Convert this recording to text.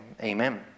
amen